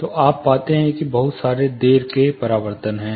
तो आप पाते हैं कि बहुत सारे देर के परावर्तन है